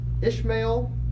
Ishmael